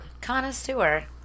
Connoisseur